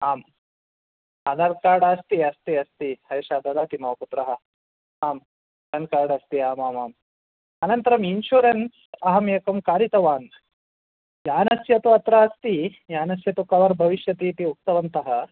आम् आधार् कार्ड् अस्ति अस्ति अस्ति हर्षः ददाति मम पुत्रः आं पेन् कार्ड् अस्ति आमामाम् अनन्तरम् इन्शुरेन्स् अहमेकं कारितवान् यानस्य तु अत्र अस्ति यानस्य तु कवर् भविष्यति इति उक्तवन्तः